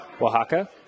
Oaxaca